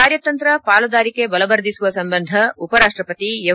ಕಾರ್ಯತಂತ್ರ ಪಾಲುದಾರಿಕೆ ಬಲವರ್ಧಿಸುವ ಸಂಬಂಧ ಉಪರಾಷ್ಷಪತಿ ಎಂ